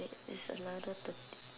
wait it's another thirty